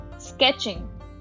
sketching